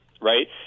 right